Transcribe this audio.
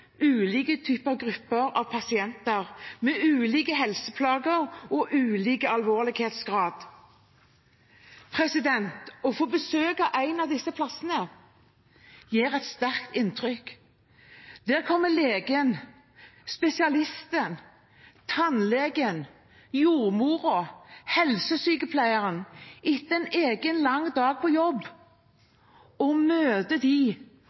ulike typer pasientgrupper med ulike helseplager av ulik alvorlighetsgrad. Å få besøke en av disse plassene gjør et sterkt inntrykk. Der kommer legen, spesialisten, tannlegen, jordmoren, helsesykepleieren etter en lang dag på